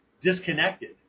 disconnected